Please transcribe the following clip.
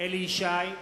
אליהו ישי,